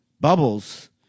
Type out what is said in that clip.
Bubbles